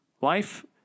Life